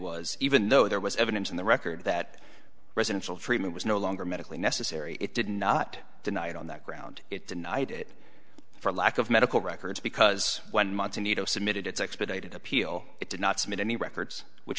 was even though there was evidence in the record that residential treatment was no longer medically necessary it did not deny it on that ground it denied it for lack of medical records because when months in nato submitted its expedited appeal it did not submit any records which